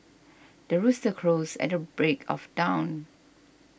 the rooster crows at the break of dawn